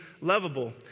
lovable